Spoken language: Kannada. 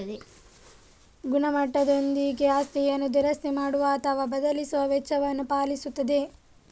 ಗುಣಮಟ್ಟದೊಂದಿಗೆ ಆಸ್ತಿಯನ್ನು ದುರಸ್ತಿ ಮಾಡುವ ಅಥವಾ ಬದಲಿಸುವ ವೆಚ್ಚವನ್ನು ಪಾವತಿಸುತ್ತದೆ